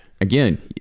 Again